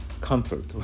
comfort